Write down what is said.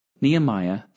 Nehemiah